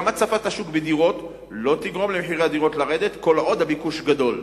גם הצפת השוק בדירות לא תגרום למחירי הדירות לרדת כל עוד הביקוש גדול.